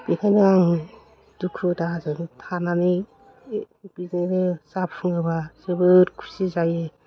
बेखायनो आं दुखु दाहाजों थानानै बिदिनो जाफुङोबा जोबोर खुसि जायो